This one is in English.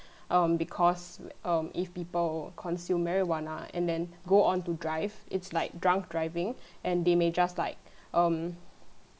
um because um if people consume marijuana and then go on to drive it's like drunk driving and they may just like um